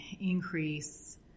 increase